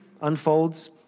unfolds